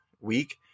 week